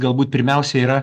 galbūt pirmiausia yra